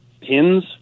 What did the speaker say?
pins